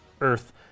Earth